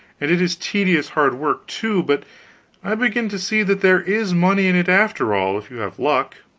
and it is tedious hard work, too, but i begin to see that there is money in it, after all, if you have luck.